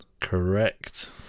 Correct